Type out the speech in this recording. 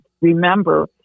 remember